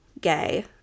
gay